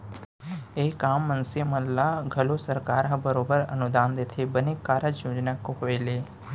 एक आम मनसे ल घलौ सरकार ह बरोबर अनुदान देथे बने कारज योजना के होय ले